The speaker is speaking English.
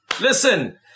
listen